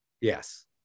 Yes